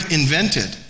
invented